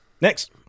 Next